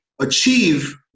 achieve